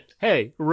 Hey